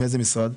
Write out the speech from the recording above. מאיזה משרד?